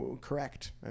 Correct